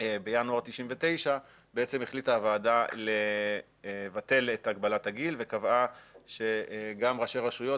בינואר 99' החליטה הוועדה לבטל את הגבלת הגיל וקבעה שגם ראשי רשויות,